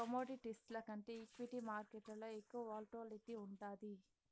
కమోడిటీస్ల కంటే ఈక్విటీ మార్కేట్లల ఎక్కువ వోల్టాలిటీ ఉండాది